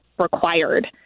required